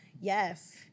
Yes